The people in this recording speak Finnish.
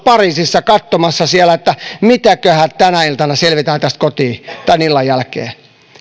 suomen pariisissa katsomassa siellä että mitenköhän tänä iltana selvitään täältä kotiin tämän illan jälkeen